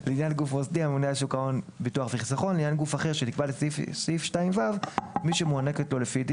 לעניין גוף אחר שנקבע לפי סעיף 2(ו) מי שמוענקת לו לפי דין